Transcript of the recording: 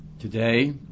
Today